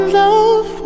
love